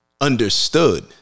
Understood